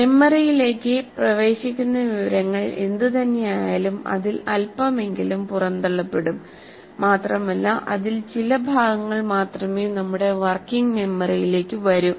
മെമ്മറിയിലേക്ക് പ്രവേശിക്കുന്ന വിവരങ്ങൾ എന്തുതന്നെയായാലും അതിൽ അൽപ്പമെങ്കിലും പുറന്തള്ളപ്പെടും മാത്രമല്ല അതിൽ ചില ഭാഗങ്ങൾ മാത്രമേ നമ്മുടെ വർക്കിംഗ് മെമ്മറിയിലേക്ക് വരൂ